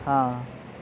ہاں